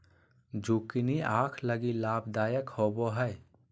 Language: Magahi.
जुकिनी आंख लगी लाभदायक होबो हइ